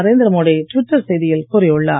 Narendra Modi Twitter செய்தியில் கூறியுள்ளார்